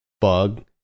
bug